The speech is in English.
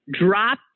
drop